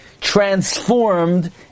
transformed